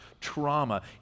trauma